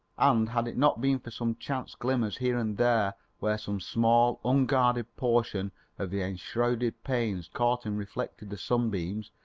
and had it not been for some chance glimmers here and there where some small, unguarded portion of the enshrouded panes caught and reflected the sunbeams,